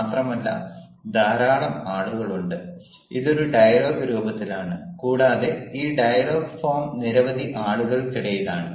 മാത്രമല്ല ധാരാളം ആളുകൾ ഉണ്ട് ഇത് ഒരു ഡയലോഗ് രൂപത്തിലാണ് കൂടാതെ ഈ ഡയലോഗ് ഫോം നിരവധി ആളുകൾക്കിടയിലാണ്